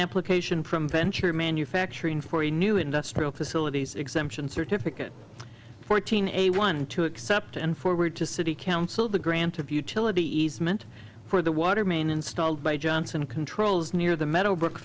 application from bench or manufacturing for a new industrial facilities exemption certificate fourteen a one to accept and forward to city council the grant of utility easement for the water main installed by johnson controls near the meadow brook